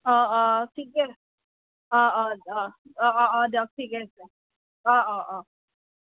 অঁ অঁ ঠিকে আছে অঁ অঁ অঁ অঁ অঁ দিয়ক ঠিকে আছে অঁ অঁ অঁ